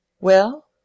Well